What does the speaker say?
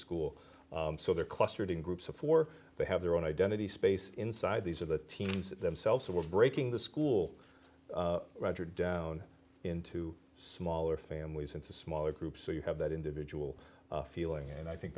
school so they're clustered in groups of four they have their own identity space inside these are the teams themselves so we're breaking the school roger down into smaller families into smaller groups so you have that individual feeling and i think